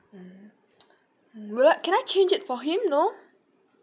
mm mm will I can I change it for him no